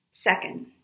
Second